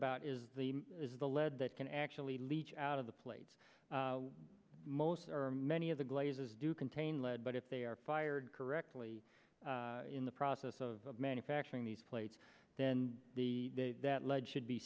about is the is the lead that can actually leach out of the plates most or many of the glazers do contain lead but if they are fired correctly in the process of manufacturing these plates then that lead should be